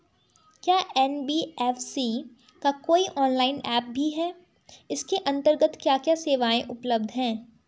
क्या एन.बी.एफ.सी का कोई ऑनलाइन ऐप भी है इसके अन्तर्गत क्या क्या सेवाएँ उपलब्ध हैं?